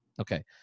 Okay